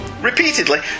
Repeatedly